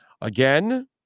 Again